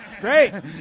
Great